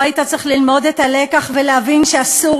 לא היית צריך ללמוד את הלקח ולהבין שאסור